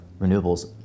renewables